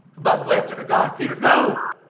by the way, i'm going to die, peter. no!